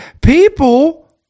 People